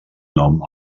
nom